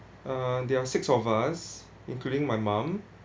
uh there are six of us including my mom